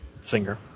singer